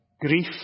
grief